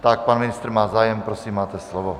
Tak pan ministr má zájem, prosím, máte slovo.